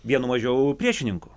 vienu mažiau priešininkų